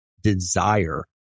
desire